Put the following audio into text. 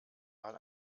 mal